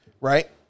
Right